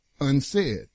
unsaid